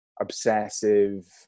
obsessive